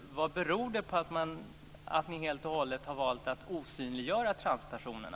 Vad beror det på att ni helt och håller valt att osynliggöra transpersonerna?